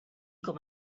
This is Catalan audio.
com